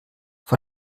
vor